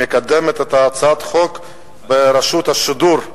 מקדמת את הצעת חוק רשות השידור.